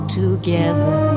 together